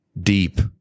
Deep